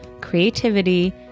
creativity